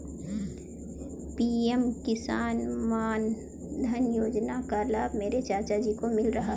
PM Kisan Maandhan Yojana का लाभ मेरे चाचा जी को मिल रहा है